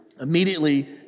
immediately